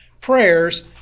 prayers